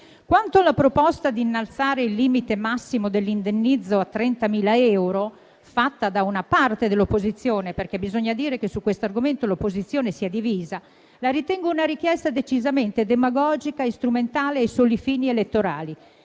Quanto alla proposta di innalzare il limite massimo dell'indennizzo a 30.000 euro, fatta da una parte dell'opposizione - perché bisogna dire che su questo argomento l'opposizione si è divisa - la ritengo una richiesta decisamente demagogica e strumentale ai soli fini elettorali.